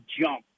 jump